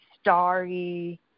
starry